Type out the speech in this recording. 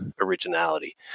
originality